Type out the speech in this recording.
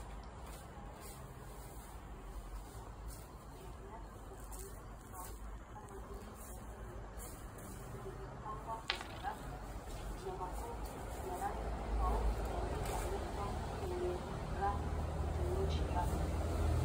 Duka linalouza viatu na nguo. Kuna viatu vya aina tofauti kama vile viatu vya juu vilivyopangwa kwenye rafu na makoti ya rangi tofauti yaliyoanikwa kwenye raki kutumia shirafu.